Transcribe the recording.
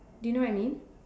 do you know I mean